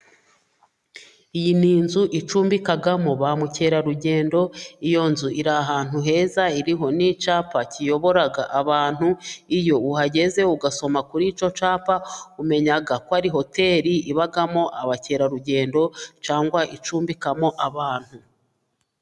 Iyi ni inzu icumbikamo ba mukerarugendo, iyo nzu iri ahantu heza, iriho n'icyapa kiyobora abantu, iyo uhageze ugasoma kuri icyo capa, umenya ko ari hoteli ibamo abakerarugendo cyangwa icumbikamo abantu.